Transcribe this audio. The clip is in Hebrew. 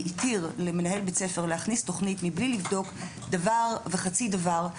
התיר למנהל בית הספר להכניס תוכנית מבלי לבדוק דבר וחצי דבר,